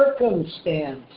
circumstance